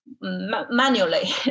manually